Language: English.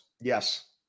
Yes